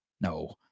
No